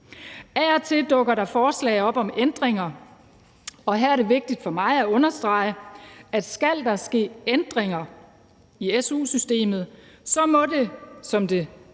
Af og til dukker der forslag op om ændringer, og her er det vigtigt for mig at understrege, at skal der ske ændringer i su-systemet, må det, som det ser